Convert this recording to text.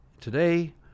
Today